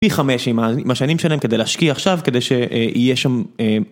פי חמש עם השנים שלהם כדי להשקיע עכשיו כדי שיהיה שם